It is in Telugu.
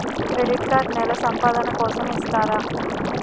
క్రెడిట్ కార్డ్ నెల సంపాదన కోసం ఇస్తారా?